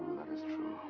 that is true.